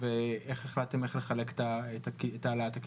ואיך החלטתם איך לחלק את העלאת הקצבה.